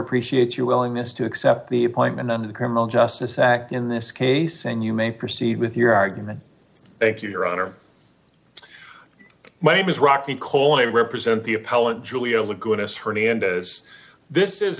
appreciates your willingness to accept the appointment under the criminal justice act in this case and you may proceed with your argument thank you your honor my name is rocky coleman represent the